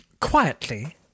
Quietly